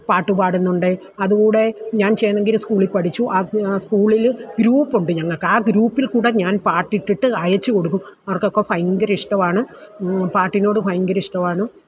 പാട്ട് പാടുന്നുണ്ട് അതുകൂടെ ഞാൻ ചെന്നാഗിരി സ്കൂളിൽ പഠിച്ചു സ്കൂളിൽ ഗ്രൂപ്പ് ഉണ്ട് ഞങ്ങൾക്ക് ആ ഗ്രൂപ്പിൽ കൂടെ ഞാൻ പാട്ടിട്ട് അയച്ചുകൊടുക്കും അവർക്കൊക്ക ഭയങ്കര ഇഷ്ടമാണ് പാട്ടിനോട് ഭയങ്കര ഇഷ്ടമാണ്